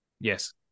Yes